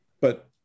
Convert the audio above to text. But-